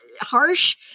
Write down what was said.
harsh